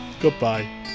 Goodbye